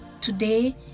today